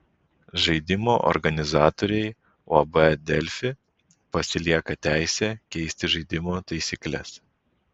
žaidimo organizatoriai uab delfi pasilieka teisę keisti žaidimo taisykles